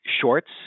shorts